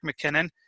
McKinnon